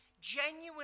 genuinely